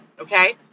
okay